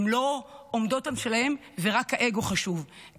הן לא עומדות על שלהן ורק האגו חשוב,